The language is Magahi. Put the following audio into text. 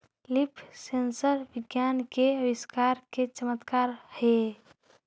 लीफ सेंसर विज्ञान के आविष्कार के चमत्कार हेयऽ